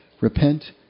Repent